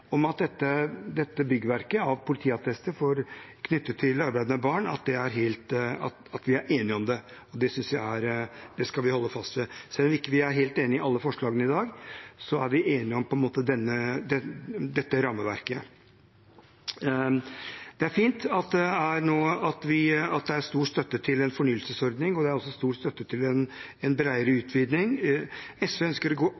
er enige om det, skal vi holde fast ved. Selv om vi ikke er helt enige om alle forslagene i dag, er vi enige om dette rammeverket. Det er fint at det er stor støtte til en fornyelsesordning, og det er også stor støtte til en bredere utviding. SV ønsker å gå